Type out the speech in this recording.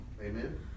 Amen